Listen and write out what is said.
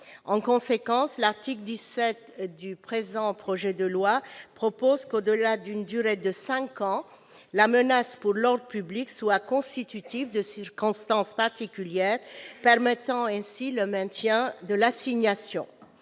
En conséquence, l'article 17 du présent projet de loi propose qu'au-delà d'une durée de 5 ans, la menace pour l'ordre public soit constitutive de circonstances particulières, permettant ainsi le maintien de l'assignation.